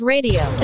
Radio